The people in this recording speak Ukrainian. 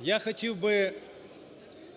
я хотів би